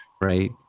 right